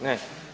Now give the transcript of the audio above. Ne.